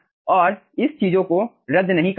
आप इस चीज़ों को रद्द नहीं कर सकते